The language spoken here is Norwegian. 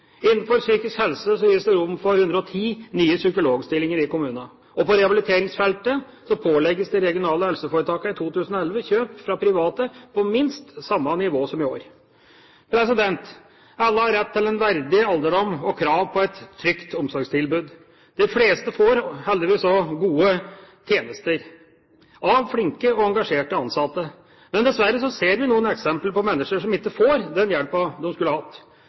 Innenfor psykisk helse gis det rom for 110 nye psykologstillinger i kommunene. Og på rehabiliteringsfeltet pålegges de regionale helseforetakene i 2011 kjøp fra private på minst samme nivå som i år. Alle har rett til en verdig alderdom og krav på et trygt omsorgstilbud. De fleste får heldigvis også gode tjenester av flinke og engasjerte ansatte. Men dessverre ser vi noen eksempler på mennesker som ikke får den hjelpen de skulle ha hatt.